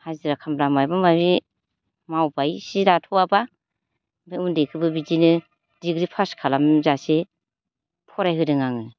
हाजिरा खामला माबायबा माबि मावबाय सि दाथ'आबा ओमफ्राय उन्दैखौबो बिदिनो डिग्रि पास खालामजासे फरायहोदों आङो